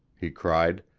he cried,